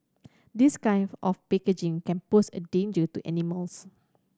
this kind of packaging can pose a danger to animals